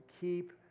keep